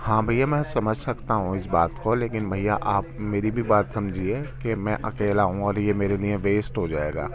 ہاں بھیا میں سمجھ سکتا ہوں اس بات کو لیکن بھیا آپ میری بھی بات سمجھیے کہ میں اکیلا ہوں اور یہ میرے لیے ویسٹ ہوجائے گا